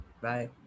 bye